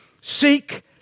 Seek